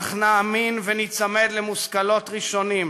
אך נאמין, וניצמד למושכלות ראשונים,